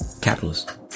Capitalist